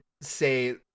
say